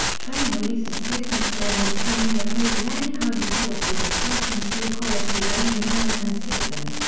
train released a statement saying they strongly opposes any kind of policy that questions the equality of any american citizen.